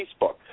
Facebook